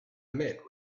met